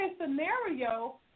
scenario